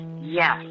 Yes